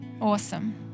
awesome